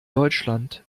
deutschland